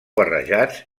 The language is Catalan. barrejats